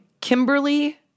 Kimberly